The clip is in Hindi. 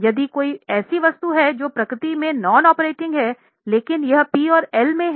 यदि कोई वस्तु है जो प्रकृति में गैर ऑपरेटिंग है लेकिन यह पी और एल में है